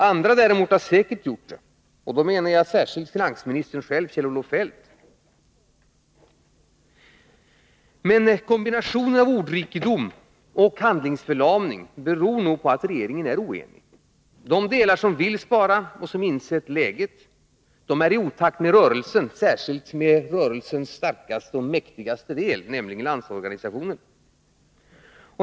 Andra, däremot, har säkert gjort det — och då menar jag särskilt finansministern själv, Kjell-Olof Feldt. Men kombinationen av ordrikedom och handlingsförlamning beror nog på att regeringen är oenig. De i regeringen som vill spara, och som insett läget, är i otakt med rörelsen — särskilt med rörelsens starkaste och mäktigaste del, nämligen Landsorganisationen.